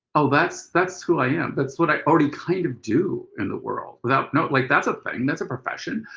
oh that's that's who i am. that's what i already kind of do in the world. without know like that's a thing, that's a profession.